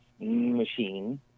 machine